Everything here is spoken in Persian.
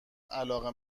علاقه